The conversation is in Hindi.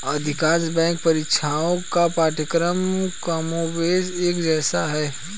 अधिकांश बैंक परीक्षाओं का पाठ्यक्रम कमोबेश एक जैसा है